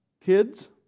Kids